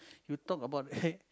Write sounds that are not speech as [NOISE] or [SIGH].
you talk about [LAUGHS]